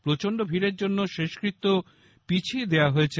প্রচন্ড ভীড়ের জন্য শেষকৃত্য পিছিয়ে দেওয়া হয়েছে